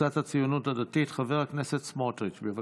קבוצת הציונות הדתית: חבר הכנסת סמוטריץ', בבקשה.